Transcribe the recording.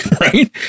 right